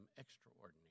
extraordinary